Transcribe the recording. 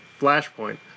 Flashpoint